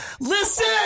Listen